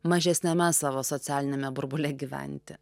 mažesniame savo socialiniame burbule gyventi